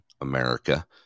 America